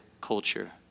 culture